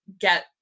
get